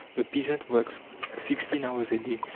the peasant works sixteen hours a day,